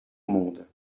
monde